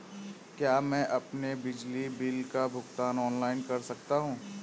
क्या मैं अपने बिजली बिल का भुगतान ऑनलाइन कर सकता हूँ?